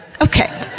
Okay